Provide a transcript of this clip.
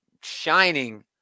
shining